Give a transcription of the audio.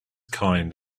kind